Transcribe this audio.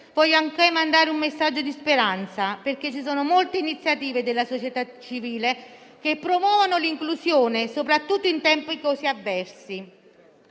voglio anche mandare un messaggio di speranza, perché molte iniziative della società civile promuovono l'inclusione, soprattutto in tempi così avversi.